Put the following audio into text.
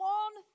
one